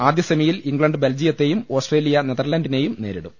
ആദ്യ സെമിയിൽ ഇംഗ്ലണ്ട് ബെൽജിയത്തെയും ഓസ്ട്രേലിയ നെതർലന്റ് സ്പിനെയും നേരിടും